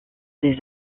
des